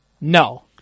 No